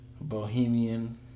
bohemian